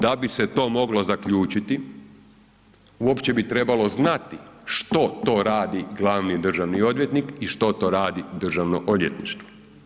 Da bi se to moglo zaključiti, uopće bi trebalo znati što to radi glavni državni odvjetnik i što to radi Državno odvjetništvo.